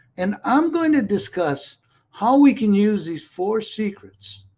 and i am going to discuss how we can use these four secrets,